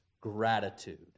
gratitude